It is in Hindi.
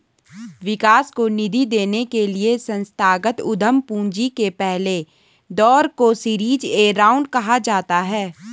विकास को निधि देने के लिए संस्थागत उद्यम पूंजी के पहले दौर को सीरीज ए राउंड कहा जाता है